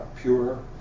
pure